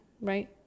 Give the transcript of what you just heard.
right